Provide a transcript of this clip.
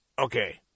Okay